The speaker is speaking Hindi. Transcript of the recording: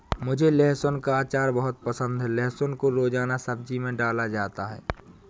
मुझे लहसुन का अचार बहुत पसंद है लहसुन को रोजाना सब्जी में डाला जाता है